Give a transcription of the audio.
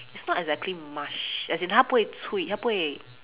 it's not exactly mush as in 它不会粹它不会